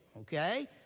okay